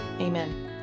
Amen